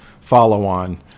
follow-on